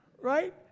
right